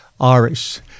Irish